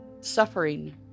suffering